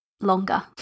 longer